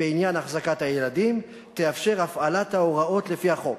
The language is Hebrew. בעניין החזקת הילדים תאפשר הפעלת ההוראות לפי החוק,